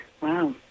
Wow